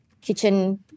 kitchen